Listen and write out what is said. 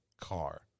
car